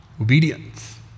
Obedience